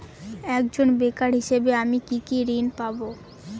একজন বেকার হিসেবে আমি কি কি ঋণ পাব?